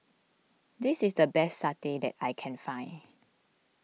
this is the best Satay that I can find